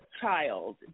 child